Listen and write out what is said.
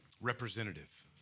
representative